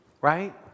Right